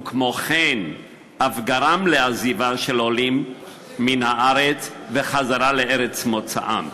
וכן אף גרמה לעזיבה של עולים את הארץ חזרה לארץ מוצאם.